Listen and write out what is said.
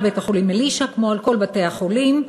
בית-החולים "אלישע" כמו על כל בתי-החולים,